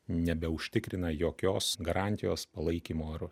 nebeužtikrina jokios garantijos palaikymo ar